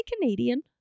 Canadian